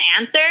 answer